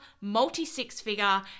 multi-six-figure